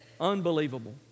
unbelievable